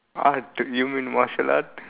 ah you mean martial arts